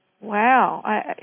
Wow